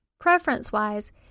Preference-wise